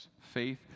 faith